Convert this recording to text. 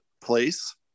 place